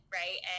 right